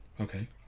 Okay